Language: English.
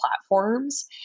platforms